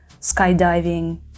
skydiving